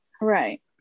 Right